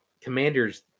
Commanders